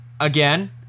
again